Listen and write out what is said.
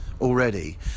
already